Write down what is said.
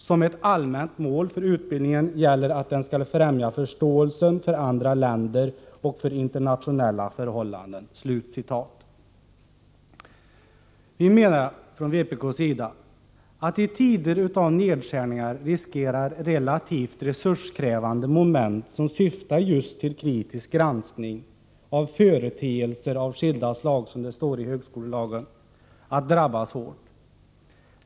Som ett allmänt mål för utbildningen gäller att den skall främja förståelsen för andra länder och för internationella förhållanden.” Vi inom vpk menar att i tider av nedskärningar riskerar relativt resurskrävande moment, som syftar just till kritisk granskning av ”företeelser av skilda slag” — som det står i högskolelagen —, att drabbas hårt.